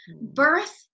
birth